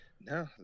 no